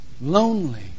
lonely